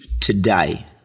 today